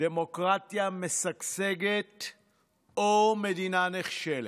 דמוקרטיה משגשגת או מדינה נחשלת.